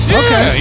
okay